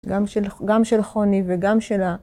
גם של חוני וגם שלה.